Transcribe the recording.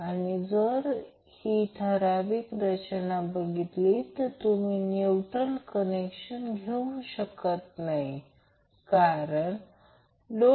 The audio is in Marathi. तर येथे आपण असे त्याचप्रमाणे a b c चिन्हांकित केले आहे म्हणून एक व्होल्टेज a ते n मध्ये असेल तर एक b ते n मध्ये असेल आणि c ते n मध्ये असेल तर Va ते n Vb ते n आणि Vc ते n